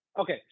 Okay